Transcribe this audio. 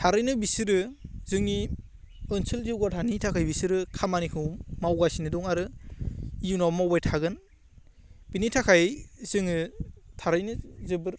थारैनो बिसोरो जोंनि ओनसोल जौगाथाइनि थाखाय बिसोरो खामानिखौ मावगासिनो दं आरो इयुनावबो मावबाय थागोन बेनि थाखाय जोङो थारैनो जोबोद